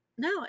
No